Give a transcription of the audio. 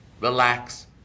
relax